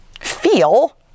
feel